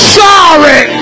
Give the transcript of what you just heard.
sorry